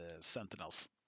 Sentinels